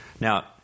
Now